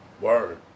Word